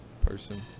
person